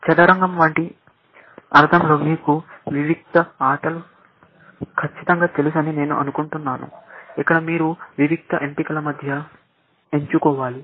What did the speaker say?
చదరంగం వంటి అర్థంలో మీకు వివిక్త ఆటలు ఖచ్చితంగా తెలుసని నేను అనుకుంటున్నాను ఇక్కడ మీరు వివిక్త ఎంపికల మధ్య ఎంచుకోవాలి